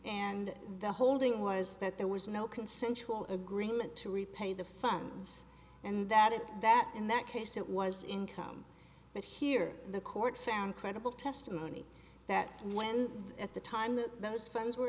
and the holding was that there was no consensual agreement to repay the funds and that is that in that case it was income but here the court found credible testimony that when at the time that those funds were